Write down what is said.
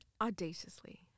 Audaciously